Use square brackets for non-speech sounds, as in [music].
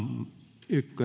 yksi [unintelligible]